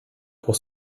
pour